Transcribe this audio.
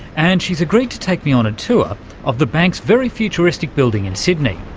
and she's agreed to take me on a tour of the bank's very futuristic building in sydney.